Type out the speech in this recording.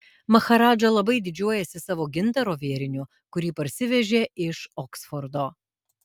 maharadža labai didžiuojasi savo gintaro vėriniu kurį parsivežė iš oksfordo